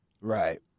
Right